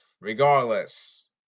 regardless